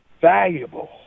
valuable